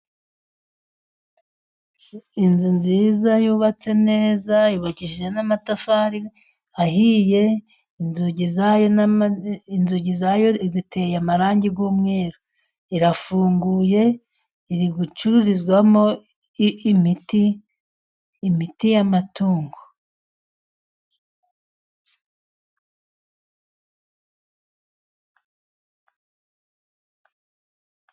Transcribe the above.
Inzu nziza yubatse neza, yubakishije n'amatafari ahiye, inzugi zayo ziteye amarangi y'umweru, irafunguye iri gucururizwamo imiti y'amatungo.